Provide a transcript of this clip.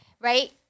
Right